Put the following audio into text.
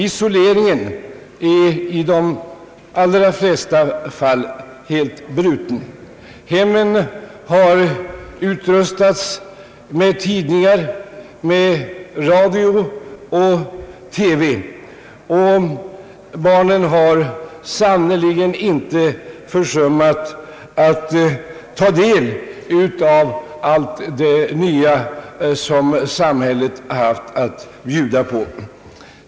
Isoleringen är i de allra flesta fall helt bruten. Hemmen har utrustats med tidningar, radio och TV, och barnen har sannerligen inte försummat att ta del av allt det nya som samhället haft att bjuda på.